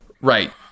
Right